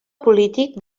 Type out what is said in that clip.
polític